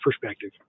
perspective